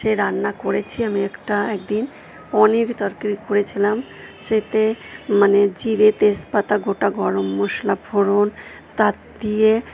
সেই রান্না করেছি আমি একটা একদিন পনির তরকারি করেছিলাম সে তে মানে জিরে তেজপাতা গোটা গরম মশলা ফোঁড়ন তা দিয়ে